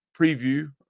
preview